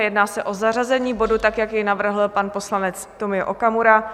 Jedná se o zařazení bodu, jak jej navrhl pan poslanec Tomio Okamura.